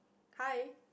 hi